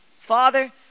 Father